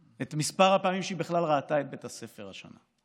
את מספר הפעמים שהיא בכלל ראתה את בית הספר השנה.